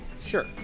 Sure